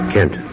Kent